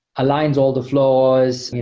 aligns all the flaws,